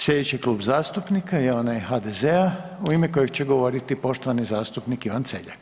Sljedeći Klub zastupnika je onaj HDZ-a u ime kojeg će govoriti poštovani zastupnik Ivan Celjak.